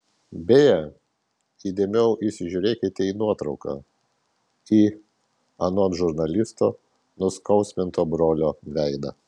beje įdėmiau įsižiūrėkite į nuotrauką į anot žurnalisto nuskausminto brolio veidą